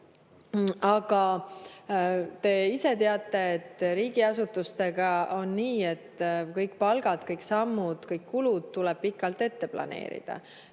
Aga te ise teate, et riigiasutustega on nii, et kõik palgad, kõik sammud, kõik kulud tuleb pikalt ette planeerida.